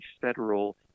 federal